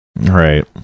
Right